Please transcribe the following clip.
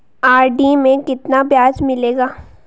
RD में कितना ब्याज मिलेगा?